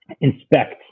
inspect